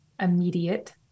immediate